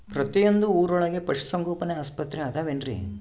ಪ್ರತಿಯೊಂದು ಊರೊಳಗೆ ಪಶುಸಂಗೋಪನೆ ಆಸ್ಪತ್ರೆ ಅದವೇನ್ರಿ?